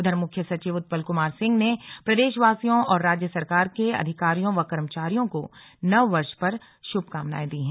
उधर मुख्य सचिव उत्पल कुमार सिंह ने भी प्रदेशवासियों और राज्य सरकार के अधिकारियों और कर्मचारियों को नव वर्ष पर शुभकामनाएं दी है